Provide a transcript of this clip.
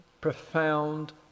profound